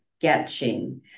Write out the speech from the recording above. sketching